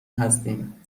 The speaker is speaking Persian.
هستیم